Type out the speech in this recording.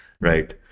right